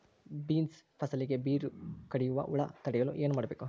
Beans ಫಸಲಿಗೆ ಬೇರು ಕಡಿಯುವ ಹುಳು ತಡೆಯಲು ಏನು ಮಾಡಬೇಕು?